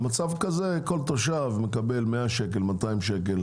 במצב כזה כל תושב מקבל 100 שקלים, 200 שקלים